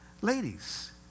Ladies